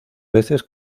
veces